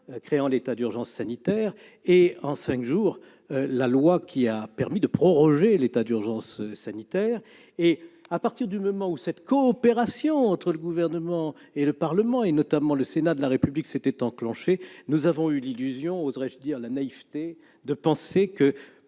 créant l'état d'urgence sanitaire et en cinq jours la loi le prorogeant. À partir du moment où cette coopération entre le Gouvernement et le Parlement, notamment le Sénat de la République, s'était enclenchée, nous avons eu l'illusion- oserais-je dire la naïveté ? -de penser que,